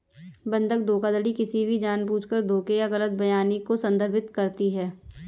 बंधक धोखाधड़ी किसी भी जानबूझकर धोखे या गलत बयानी को संदर्भित करती है